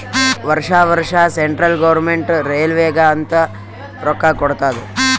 ವರ್ಷಾ ವರ್ಷಾ central government ರೈಲ್ವೇಗ ಅಂತ್ ರೊಕ್ಕಾ ಕೊಡ್ತಾದ್